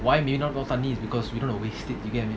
is because we don't want to waste it you get what I mean